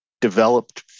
developed